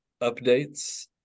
updates